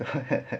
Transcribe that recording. he he he